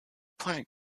plant